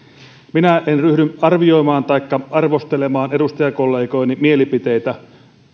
minä en ryhdy arvioimaan taikka arvostelemaan edustajakollegojeni mielipiteitä